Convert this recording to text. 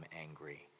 angry